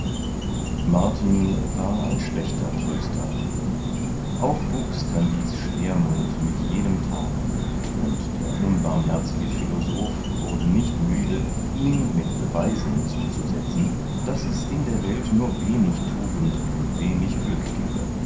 martin war ein schlechter tröster auch wuchs kandid's schwermuth mit jedem tage und der unbarmherzige philosoph wurde nicht müde ihm mit beweisen zuzusetzen daß es in der welt nur wenig tugend und wenig glück gebe